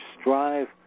strive